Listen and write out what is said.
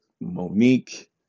Monique